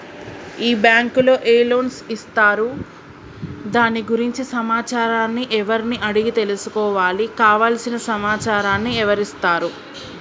ఈ బ్యాంకులో ఏ లోన్స్ ఇస్తారు దాని గురించి సమాచారాన్ని ఎవరిని అడిగి తెలుసుకోవాలి? కావలసిన సమాచారాన్ని ఎవరిస్తారు?